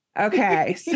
okay